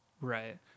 Right